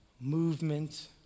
movement